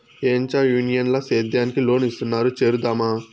ఏంచా యూనియన్ ల సేద్యానికి లోన్ ఇస్తున్నారు చేరుదామా